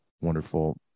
wonderful